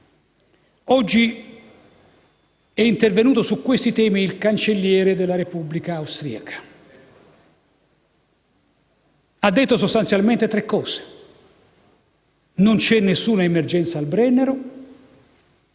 Oggi è intervenuto su questi temi il cancelliere della Repubblica austriaca, il quale ha detto sostanzialmente tre cose: non c'è alcuna emergenza al Brennero;